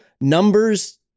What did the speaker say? numbers